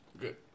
Good